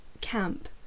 camp